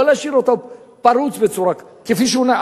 לא להשאיר אותו פרוץ בצורה כזאת.